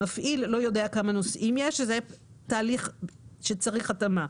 המפעיל לא יודע כמה נוסעים יש וזה תהליך שצריך התאמה.